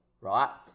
Right